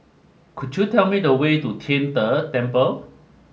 could you tell me the way to Tian De Temple